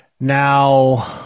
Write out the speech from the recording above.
Now